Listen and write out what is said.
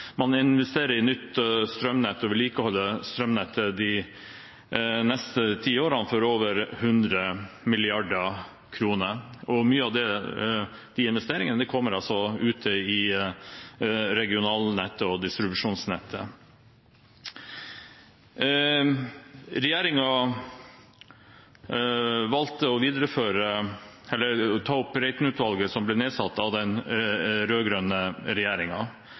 man investere i nytt strømnett og vedlikeholde strømnettet de neste ti årene for over 100 mrd. kr. Mye av investeringene kommer ute i regionalnettet og distribusjonsnettet. Regjeringen valgte å ta opp Reiten-utvalget, som ble nedsatt av den